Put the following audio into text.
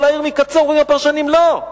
אומרים הפרשנים: לא.